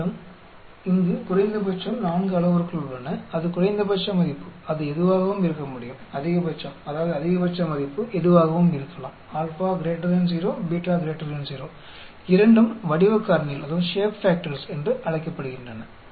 உங்களிடம் இங்கு குறைந்தபட்சம் 4 அளவுருக்கள் உள்ளன அது குறைந்தபட்ச மதிப்பு அது எதுவாகவும் இருக்கமுடியும் அதிகபட்சம் அதாவது அதிகபட்ச மதிப்பு எதுவாகவும் இருக்கலாம் α 0 β 0 இரண்டும் வடிவக் காரணிகள் என்று அழைக்கப்படுகின்றன